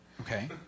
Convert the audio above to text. Okay